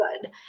good